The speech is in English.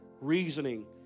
reasoning